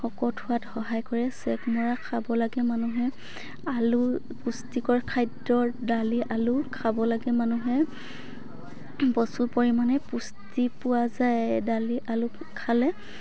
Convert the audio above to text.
শকত হোৱাত সহায় কৰে চেক মৰা খাব লাগে মানুহে আলু পুষ্টিকৰ খাদ্য়ৰ দালি আলু খাব লাগে মানুহে প্ৰচুৰ পৰিমাণে পুষ্টি পোৱা যায় দালি আলু খালে